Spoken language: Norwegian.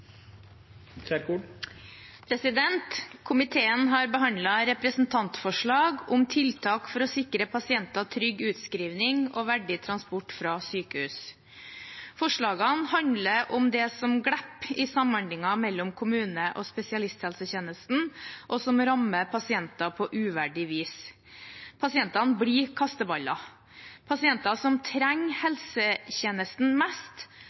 3 minutter. Komiteen har behandlet representantforslag om tiltak for å sikre pasienter trygg utskriving og verdig transport fra sykehus. Forslagene handler om det som glipper i samhandlingen mellom kommunene og spesialisthelsetjenesten, og som rammer pasienter på uverdig vis. Pasientene blir kasteballer. Pasienter som trenger helsetjenesten mest,